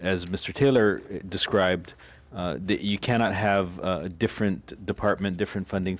as mr taylor described you cannot have a different department different funding